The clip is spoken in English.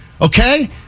Okay